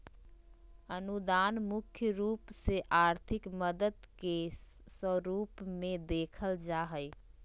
अनुदान मुख्य रूप से आर्थिक मदद के स्वरूप मे देखल जा हय